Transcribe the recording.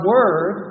Word